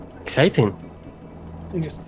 exciting